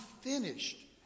finished